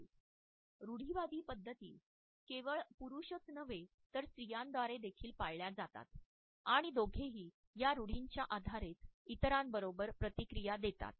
या रूढीवादी पद्धती केवळ पुरुषच नव्हे तर स्त्रियांद्वारे देखील पाळल्या जातात आणि दोघेही या रूढीच्या आधारेच इतरांबद्दल प्रतिक्रिया देतात